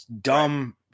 dumb